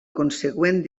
consegüent